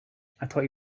thought